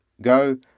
go